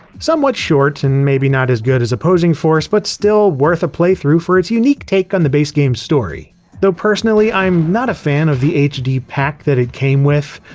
somewhat short and maybe not as good as opposing force, but still worth a playthrough for its unique take on the base game's story though personally i'm not a fan of the hd pack that it came with.